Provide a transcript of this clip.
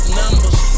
numbers